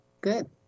good